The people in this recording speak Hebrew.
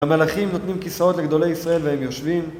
המלאכים נותנים כיסאות לגדולי ישראל והם יושבים.